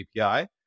API